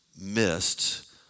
missed